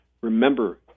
remember